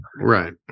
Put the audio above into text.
Right